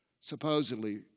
supposedly